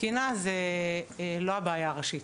תקינה זה לא הבעיה הראשית.